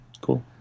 cool